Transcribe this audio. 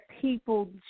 people